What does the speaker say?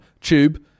Tube